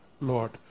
Lord